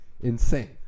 Insane